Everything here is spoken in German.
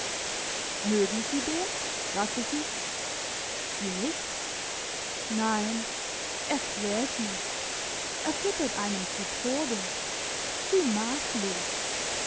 mögen sie den fragte sie sie nicht nein er quält mich er füttert einem zu tode zu masslos